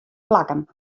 plakken